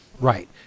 Right